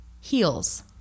heels